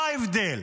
מה ההבדל?